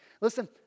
Listen